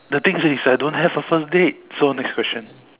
the thing is I don't have a first date so next question